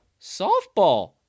softball